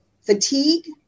fatigue